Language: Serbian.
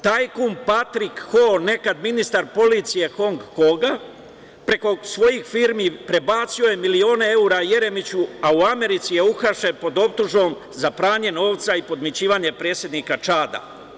Tajkun Patrik Ho, nekada ministar policije Hong Konga, preko svojih firmi prebacio je milione evra Jeremiću, a u Americi je uhapšen pod optužbom za pranje novca i podmićivanje predsednika Čada.